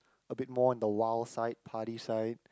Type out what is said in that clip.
a bit more on the wild side party side